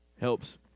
helps